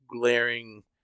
glaring